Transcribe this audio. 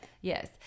Yes